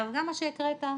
מה שהקראת,